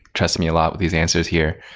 trust me a lot with these answers here.